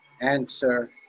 Answer